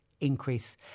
increase